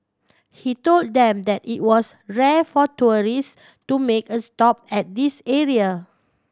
he told them that it was rare for tourist to make a stop at this area